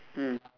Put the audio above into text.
mm